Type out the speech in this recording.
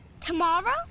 Tomorrow